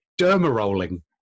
derma-rolling